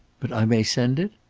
but i may send it?